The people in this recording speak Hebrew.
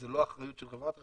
זאת לא אחריות של חברת החשמל,